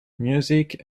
music